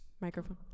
microphone